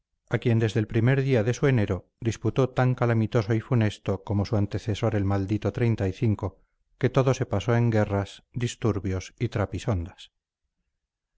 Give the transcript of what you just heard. a quien desde el primer día de su enero diputó tan calamitoso y funesto como su antecesor el maldito que todo se pasó en guerras disturbios y trapisondas